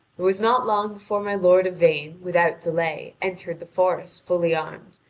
it was not long before my lord yvain without delay entered the forest fully armed,